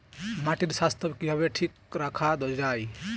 মাটির স্বাস্থ্য কিভাবে ঠিক রাখা যায়?